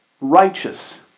righteous